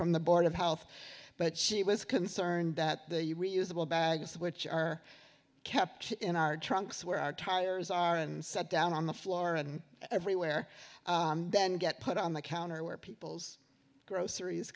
from the board of health but she was concerned that the you reusable bags which are kept in our trunks where our tires are and set down on the floor and everywhere then get put on the counter where people's groceries